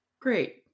Great